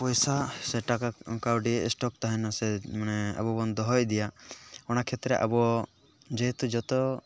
ᱯᱚᱭᱥᱟ ᱥᱮ ᱴᱟᱠᱟ ᱠᱟᱹᱣᱰᱤ ᱥᱴᱚᱠ ᱛᱟᱦᱮᱱᱟ ᱥᱮ ᱢᱟᱱᱮ ᱟᱵᱚᱵᱚᱱ ᱫᱚᱦᱚ ᱤᱫᱤᱭᱟ ᱚᱱᱟ ᱠᱷᱮᱛᱨᱮ ᱟᱵᱚ ᱡᱮᱦᱮᱛᱩ ᱡᱚᱛᱚ